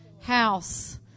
house